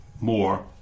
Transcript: more